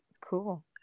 cool